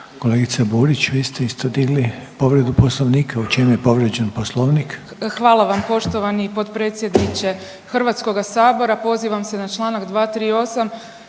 Kolegice Burić vi ste isto digli povredu Poslovnika. U čem je povrijeđen Poslovnik? **Burić, Majda (HDZ)** Hvala vam poštovani potpredsjedniče Hrvatskoga sabora. Pozivam se na Članak 238.,